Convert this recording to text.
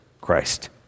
Christ